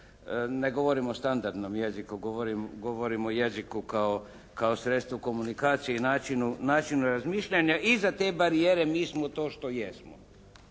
ne govorim o standardnom jeziku, govorim o jeziku kao sredstvu komunikacije i načinu razmišljanja. Iza te barijere mi smo to što jesmo.